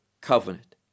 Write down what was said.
covenant